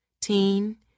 Teen